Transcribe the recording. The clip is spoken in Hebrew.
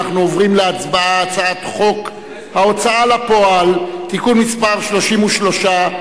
אנחנו עוברים להצבעה על הצעת חוק ההוצאה לפועל (תיקון מס' 33),